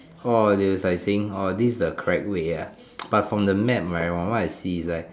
orh they is like saying orh this is the correct way ah but from the map right from what I see is like